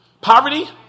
Poverty